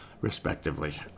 respectively